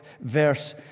verse